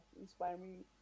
inspiring